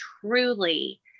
truly